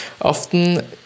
often